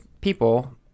people